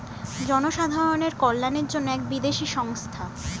জনসাধারণের কল্যাণের জন্য এক বিদেশি সংস্থা